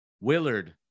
Willard